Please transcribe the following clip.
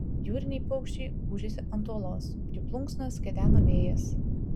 jūriniai paukščiai gūžėsi ant uolos jų plunksnas kedeno vėjas